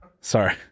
Sorry